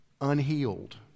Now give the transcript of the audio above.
unhealed